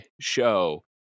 show